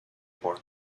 por